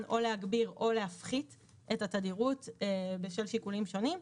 או להגביר או להפחית את התדירות בשל שיקולים שונים,